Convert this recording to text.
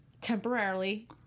temporarily